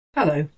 Hello